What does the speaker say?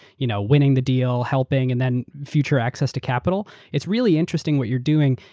you know winning the deal, helping, and then future access to capital. it's really interesting what you're doing.